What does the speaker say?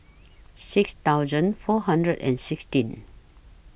six thousand four hundred and sixteen